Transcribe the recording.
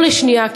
לא לשנייה,